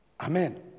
Amen